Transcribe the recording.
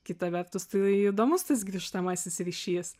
kita vertus tai įdomus tas grįžtamasis ryšys